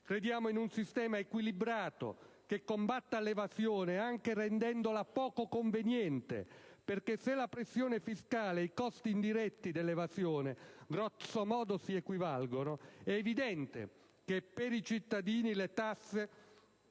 Crediamo in un sistema equilibrato che combatta l'evasione anche rendendola poco conveniente, perché se la pressione fiscale e i costi indiretti dell'evasione grosso modo si equivalgono, è evidente che per i cittadini le tasse